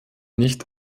nicht